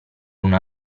una